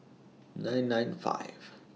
nine nine five